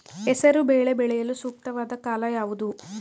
ಹೆಸರು ಬೇಳೆ ಬೆಳೆಯಲು ಸೂಕ್ತವಾದ ಕಾಲ ಯಾವುದು?